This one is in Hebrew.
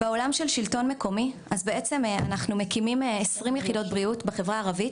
בעולם של שלטון מקומי אנחנו מקימים כ-20 יחידות בריאות בחברה הערבית,